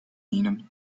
ihnen